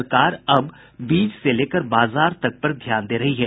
सरकार अब बीज से लेकर बाजार तक पर ध्यान दे रही है